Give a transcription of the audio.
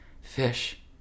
Fish